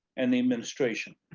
and the administration.